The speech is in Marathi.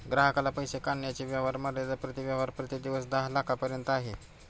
ग्राहकाला पैसे काढण्याची व्यवहार मर्यादा प्रति व्यवहार प्रति दिवस दहा लाखांपर्यंत आहे